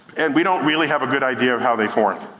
and we don't really have a good idea of how they form.